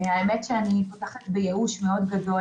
האמת שאני בייאוש מאוד גדול,